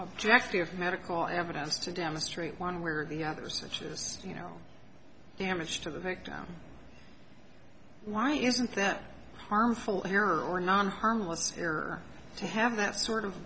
objective medical evidence to demonstrate one way or the other such as you know damage to the victim why isn't that harmful error or non harmless error to have that sort of